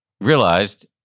realized